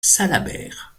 salabert